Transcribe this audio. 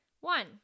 One